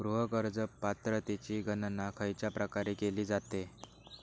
गृह कर्ज पात्रतेची गणना खयच्या प्रकारे केली जाते?